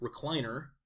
recliner